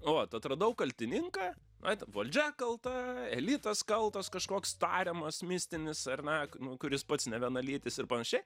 nu vat atradau kaltininką vat valdžia kalta elitas kaltas kažkoks tariamas mistinis ar ne nu kuris pats nevienalytis ir panašiai